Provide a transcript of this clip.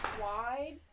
wide